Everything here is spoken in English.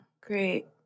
great